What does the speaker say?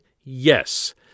Yes